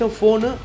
phone